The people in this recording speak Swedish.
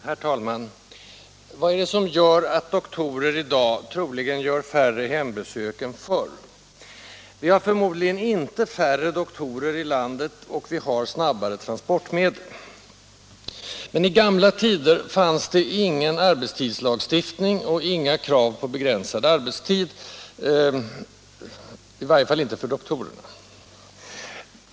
Herr talman! Vad är det som gör att doktorer i dag troligen gör färre hembesök än förr? Vi har förmodligen inte färre doktorer i landet, och vi har snabbare transportmedel. Men i gamla tider fanns det ingen arbetstidslagstiftning och inga krav på begränsad arbetstid — i varje fall inte för doktorerna.